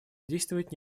действовать